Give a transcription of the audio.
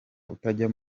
utajya